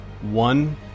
one